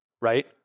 right